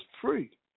free